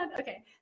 okay